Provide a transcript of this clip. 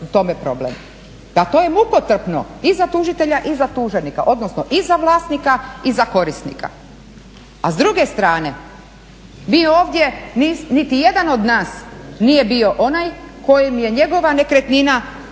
to je mukotrpno, i za tužitelja i za tuženika, odnosno i za vlasnika i za korisnika. A s druge strane, niti jedan od nas nije bio onaj kojem je njegova nekretnina potpala